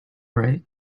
right